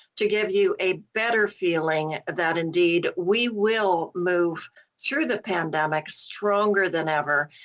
to give you a better feeling that indeed we will move through the pandemic stronger than ever.